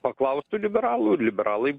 paklaustų liberalų ir liberalai